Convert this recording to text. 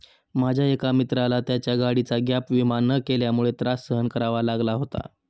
माझ्या एका मित्राला त्याच्या गाडीचा गॅप विमा न केल्यामुळे त्रास सहन करावा लागला होता